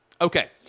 Okay